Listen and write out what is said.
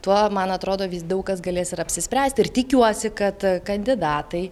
tuo man atrodo vis daug kas galės ir apsispręst ir tikiuosi kad kandidatai